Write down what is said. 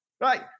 right